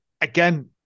again